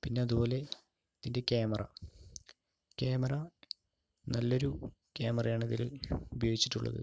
പിന്നെ അതുപോലെ ഇതിൻ്റെ ക്യാമറ ക്യാമറ നല്ലൊരു ക്യാമറയാണ് ഇതിൽ ഉപയോഗിച്ചിട്ടുള്ളത്